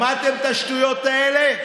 שמעתם את השטויות האלה?